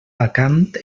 vacant